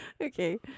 Okay